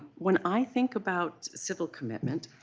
when i think about civil commitment,